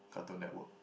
Cartoon Network